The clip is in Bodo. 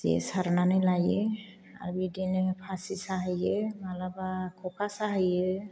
जे सारनानै लायो आरो बिदिनो फासि साहैयो माब्लाबा ख'खा साहैयो